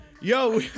Yo